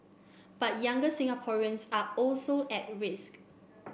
but younger Singaporeans are also at risk